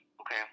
Okay